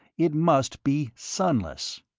it must be sunless,